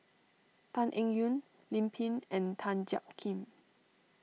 Tan Eng Yoon Lim Pin and Tan Jiak Kim